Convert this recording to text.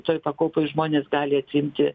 toj pakopoj žmonės gali atsiimti